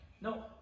No